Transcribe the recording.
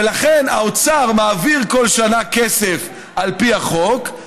ולכן האוצר מעביר כל שנה כסף על פי החוק,